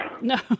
No